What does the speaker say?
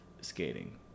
skating